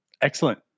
Excellent